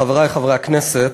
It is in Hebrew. חברי חברי הכנסת,